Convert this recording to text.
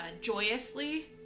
joyously